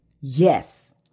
yes